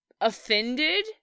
offended